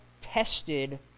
tested